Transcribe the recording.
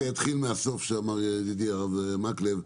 אני דווקא אתחיל מהסוף שאמר ידידי הרב מקלב,